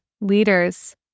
leaders